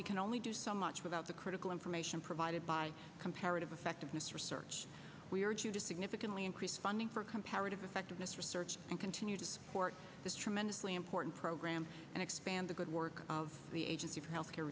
we can only do so much without the critical information provided by comparative effectiveness research we urge you to significantly increase funding for comparative effectiveness research and continue to support this tremendously important program and expand the good work of the agency for healthcare